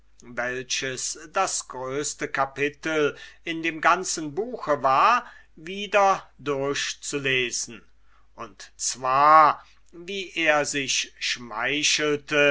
welches das größte kapitel in dem ganzen buche war wieder zu durchlesen und zwar wie er sich wenigstens schmeichelte